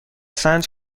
سنج